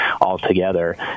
altogether